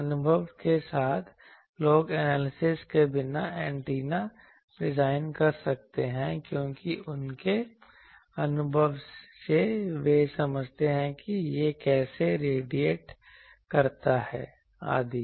अनुभव के साथ लोग एनालिसिस के बिना एंटेना डिजाइन कर सकते हैं क्योंकि उनके अनुभव से वे समझते हैं कि यह कैसे रेडिएट करता है आदि